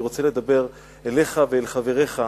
אני רוצה לדבר אליך ואל חבריך.